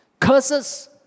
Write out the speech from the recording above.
curses